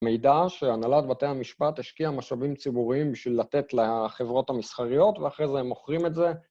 מידע שהנהלת בתי המשפט השקיעה משאבים ציבוריים בשביל לתת לחברות המסחריות ואחרי זה הם מוכרים את זה